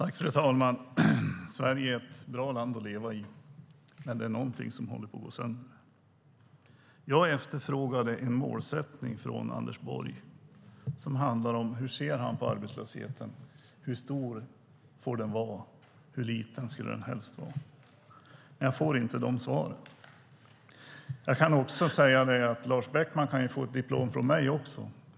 Fru talman! Sverige är ett bra land att leva i. Men det är någonting som håller på att gå sönder. Jag efterfrågade en målsättning från Anders Borg som handlar om hur han ser på arbetslösheten. Hur stor får den vara? Hur liten skulle den helst vara? Men jag får inga svar. Lars Beckman kan få ett diplom från mig också.